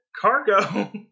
cargo